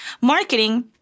Marketing